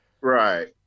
right